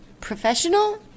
professional